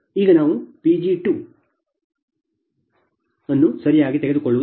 ಈಗ ನಾವು Pg2373 ಅನ್ನು ಸರಿಯಾಗಿ ತೆಗೆದುಕೊಳ್ಳುವುದಿಲ್ಲ